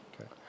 Okay